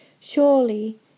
Surely